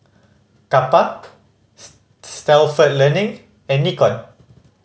Kappa Stalford Learning and Nikon